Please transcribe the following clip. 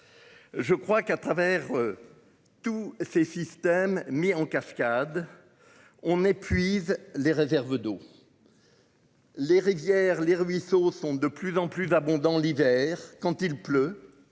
Je crois qu'à travers. Tous ces systèmes mis en cascade. On épuise les réserves d'eau. Les rivières, les ruisseaux sont de plus en plus abondants l'hiver quand il pleut.